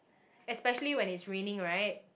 especially when it's raining right